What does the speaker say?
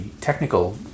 technical